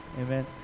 Amen